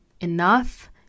enough